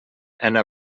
anna